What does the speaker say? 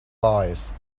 wise